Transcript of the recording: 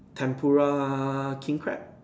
tempura king crab